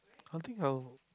I think I'll